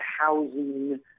housing